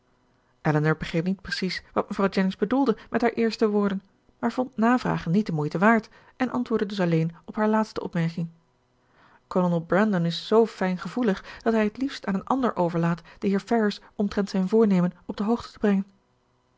elinor begreep niet precies wat mevrouw jennings bedoelde met haar eerste woorden maar vond navragen niet de moeite waard en antwoordde dus alleen op haar laatste opmerking kolonel brandon is z fijngevoelig dat hij het liefst aan een ander overlaat den heer ferrars omtrent zijn voornemen op de hoogte te brengen